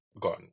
gone